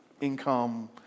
income